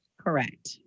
Correct